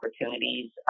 opportunities